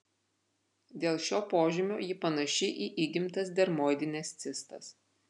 dėl šio požymio ji panaši į įgimtas dermoidines cistas